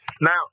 Now